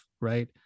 right